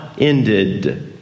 ended